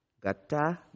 Gata